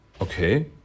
okay